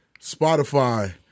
Spotify